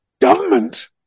government